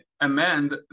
amend